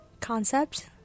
concept